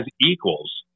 equals